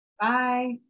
Bye